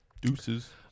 Deuces